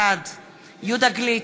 בעד יהודה גליק,